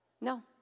No